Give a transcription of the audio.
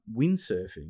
windsurfing